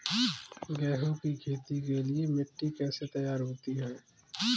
गेहूँ की खेती के लिए मिट्टी कैसे तैयार होती है?